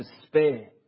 despair